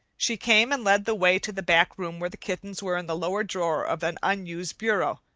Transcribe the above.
she came and led the way to the back room where the kittens were in the lower drawer of an unused bureau,